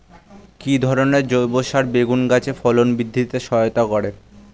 কি ধরনের জৈব সার বেগুন গাছে ফলন বৃদ্ধিতে সহায়তা করে?